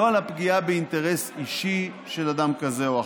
לא על הפגיעה באינטרס אישי של אדם כזה או אחר.